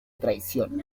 traición